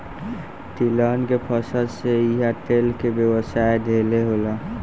तिलहन के फसल से इहा तेल के व्यवसाय ढेरे होला